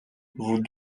vous